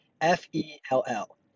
F-E-L-L